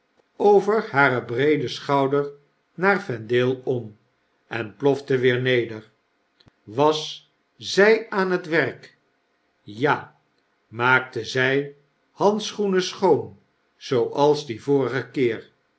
over haar breeden schouder naar vendale om en plofte weer neder was zy aan het werk ja maakte zjj handschoenen schoon zooals dien vorigen keer